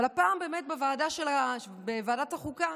אבל הפעם בוועדת החוקה